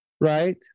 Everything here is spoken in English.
right